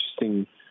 interesting